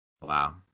Wow